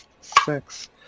Six